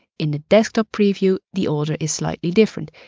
in the desktop preview, the order is slightly different.